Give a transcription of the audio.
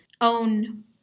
own